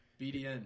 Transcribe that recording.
BDN